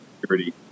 security